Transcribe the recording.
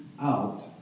out